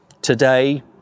Today